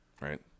right